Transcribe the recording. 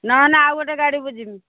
ନହେଲେ ଆଉ ଗୋଟେ ଗାଡ଼ି ବୁଝିବି